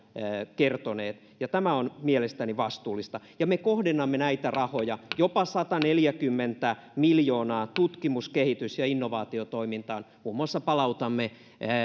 kertoneet ja tämä on mielestäni vastuullista ja me kohdennamme näitä rahoja jopa sataneljäkymmentä miljoonaa tutkimus kehitys ja innovaatiotoimintaan muun muassa palautamme